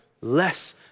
less